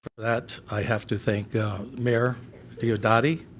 that i have to thank mayor diodati,